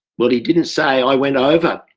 but he didn't say, i went over.